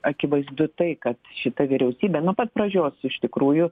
akivaizdu tai kad šita vyriausybė nuo pat pradžios iš tikrųjų